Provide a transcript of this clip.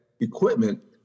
equipment